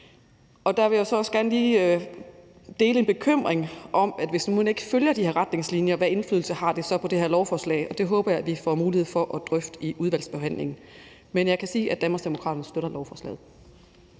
Og der vil jeg også gerne lige dele en bekymring om, hvilken indflydelse det har på det her lovforslag, hvis man nu ikke følger de her retningslinjer, og det håber jeg vi får mulighed for at drøfte i udvalgsbehandlingen. Men jeg kan sige, at Danmarksdemokraterne støtter lovforslaget.